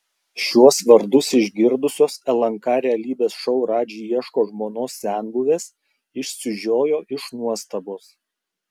šiuos vardus išgirdusios lnk realybės šou radži ieško žmonos senbuvės išsižiojo iš nuostabos